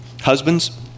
Husbands